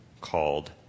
called